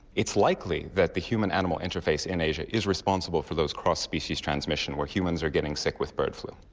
it's likely that the human animal interface in asia is responsible for those cross species transmission where humans are getting sick with bird flu.